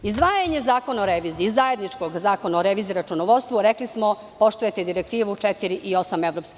Izdvajanjem Zakona o reviziji i zajedničkog Zakona o reviziji i računovodstvu rekli smo poštujete Direktivu 4 i 8 EU.